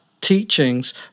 teachings